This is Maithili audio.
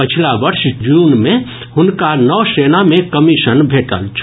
पछिला वर्ष जून मे हुनका नौसेना मे कमीशन भेटल छल